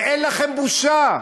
ואין לכם בושה,